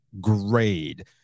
grade